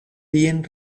bien